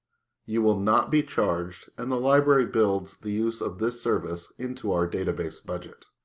you will not be charged and the library builds the use of this service into our database budget.